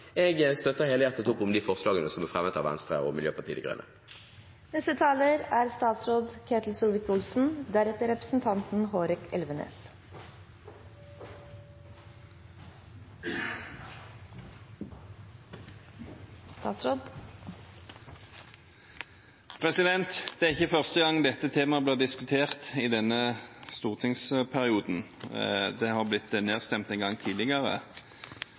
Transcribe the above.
Jeg støtter helhjertet opp om de forslagene som er fremmet av Venstre og Miljøpartiet De Grønne. Det er ikke første gangen dette temaet blir diskutert i denne stortingsperioden. Det har blitt nedstemt en gang tidligere,